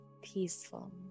peaceful